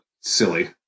silly